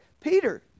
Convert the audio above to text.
peter